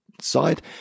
Side